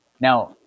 now